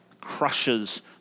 crushes